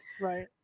Right